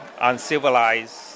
uncivilized